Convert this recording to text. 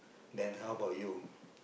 then how about you